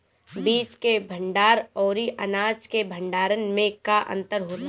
बीज के भंडार औरी अनाज के भंडारन में का अंतर होला?